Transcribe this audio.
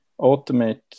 automate